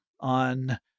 on